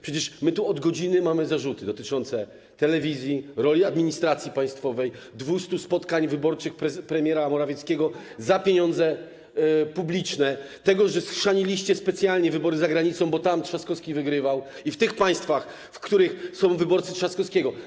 Przecież my tu od godziny mamy zarzuty dotyczące telewizji, roli administracji państwowej, 200 spotkań wyborczych premiera Morawieckiego za pieniądze publiczne, tego, że schrzaniliście specjalnie wybory za granicą, bo tam Trzaskowski wygrywał, i w tych państwach, w których są wyborcy Trzaskowskiego.